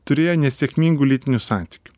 turėjo nesėkmingų lytinių santykių